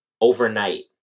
overnight